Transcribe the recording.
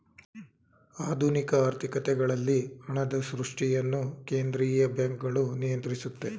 ಆಧುನಿಕ ಆರ್ಥಿಕತೆಗಳಲ್ಲಿ ಹಣದ ಸೃಷ್ಟಿಯನ್ನು ಕೇಂದ್ರೀಯ ಬ್ಯಾಂಕ್ಗಳು ನಿಯಂತ್ರಿಸುತ್ತೆ